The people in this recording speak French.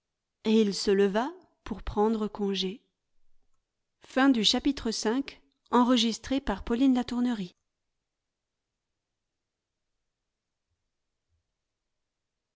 et il se leva pour prendre congé